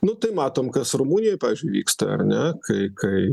nu tai matom kas rumunijoj pavyzdžiui vyksta ar ne kai kai